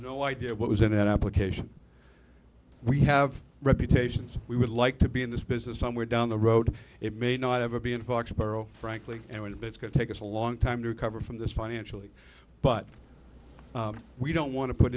no idea what was in that application we have reputations we would like to be in this business somewhere down the road it may not ever be in foxborough frankly and it's going take us a long time to recover from this financially but we don't wan